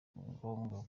ngombwa